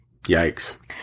Yikes